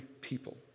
people